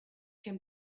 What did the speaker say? can